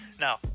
now